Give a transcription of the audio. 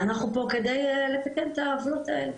ואנחנו פה כדי לתקן את העוולות האלה.